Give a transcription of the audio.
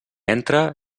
entra